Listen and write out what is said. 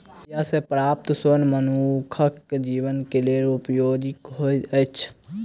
बीया सॅ प्राप्त सोन मनुखक जीवन के लेल उपयोगी होइत अछि